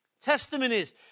Testimonies